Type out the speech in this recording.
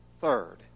third